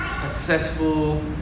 successful